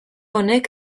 honek